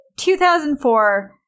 2004